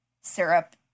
syrup